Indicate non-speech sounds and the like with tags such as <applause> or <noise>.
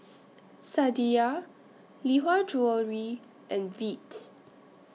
<noise> Sadia Lee Hwa Jewellery and Veet